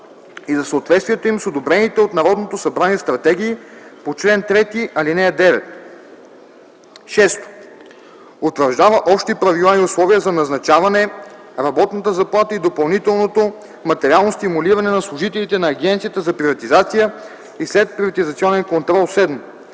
и за съответствието им с одобрените от Народното събрание стратегии по чл. 3, ал. 9; 6. утвърждава общи правила и условия за назначаване, работната заплата и допълнителното материално стимулиране на служителите на Агенцията за приватизация и следприватизационен контрол; 7.